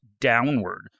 downward